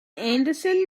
anderson